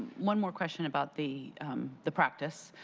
one more question about the the practice.